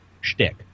shtick